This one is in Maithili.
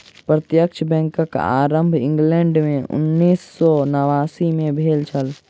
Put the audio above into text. प्रत्यक्ष बैंकक आरम्भ इंग्लैंड मे उन्नैस सौ नवासी मे भेल छल